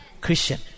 Christian